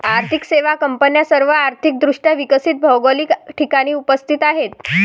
आर्थिक सेवा कंपन्या सर्व आर्थिक दृष्ट्या विकसित भौगोलिक ठिकाणी उपस्थित आहेत